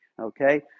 okay